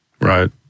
Right